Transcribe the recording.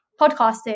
podcasting